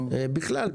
בכלל,